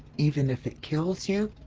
even if it kills you?